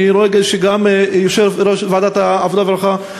אני רואה שגם יושב-ראש ועדת העבודה והרווחה,